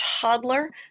toddler